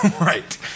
Right